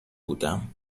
بودم